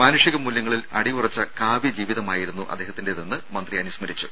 മാനുഷിക മൂല്യങ്ങളിൽ അടിയുറച്ച കാവ്യജീവിതമായിരുന്നു അദ്ദേഹത്തിന്റെതെന്ന് മന്ത്രി അനുസ്മരിച്ചു